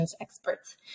experts